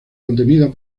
contenida